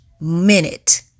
minute